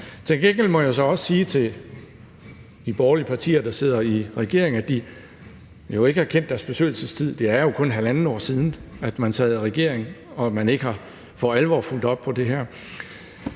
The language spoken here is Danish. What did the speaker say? Til gengæld må jeg så også sige til de borgerlige partier, der har siddet i regering, at man jo ikke har kendt sin besøgelsestid – det er jo kun halvandet år siden, at man sad i regering – og at man ikke for alvor har fulgt op på det her.